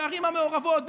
בערים המעורבות,